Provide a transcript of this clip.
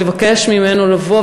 ביקשתי ממנו לבוא,